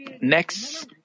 next